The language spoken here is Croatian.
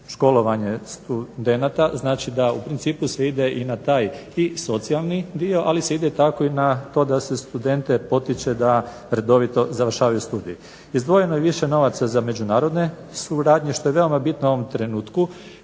školovanje studenata, znači da u principu se ide i na taj i socijalni dio, ali se ide tako i na to da se studente potiče da redovito završavaju studij. Izdvojeno je više novaca za međunarodne suradnje što je veoma bitno u ovom trenutku